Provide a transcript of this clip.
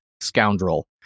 scoundrel